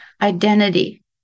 identity